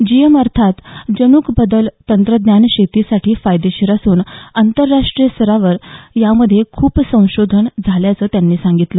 GM अर्थात जन्क बदल तंत्रज्ञान शेतीसाठी फायदेशीर असून आंतरराष्ट्रीय स्तरावर यामध्ये खूप संशोधन होत असल्याचं त्यांनी सांगितलं